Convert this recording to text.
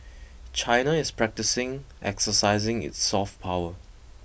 China is practising exercising its soft power